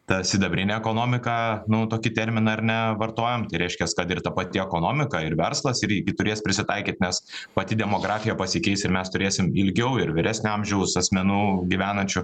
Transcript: ta sidabrinė ekonomika nu tokį terminą ar ne vartojam tai reiškias kad ir ta pati ekonomika ir verslas irgi turės prisitaikyt nes pati demografija pasikeis ir mes turėsim ilgiau ir vyresnio amžiaus asmenų gyvenančių